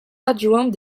adjoint